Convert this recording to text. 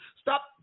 Stop